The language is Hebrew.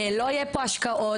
לא יהיה פה השקעות,